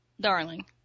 darling